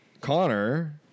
Connor –